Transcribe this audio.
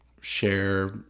share